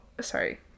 sorry